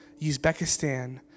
Uzbekistan